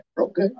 okay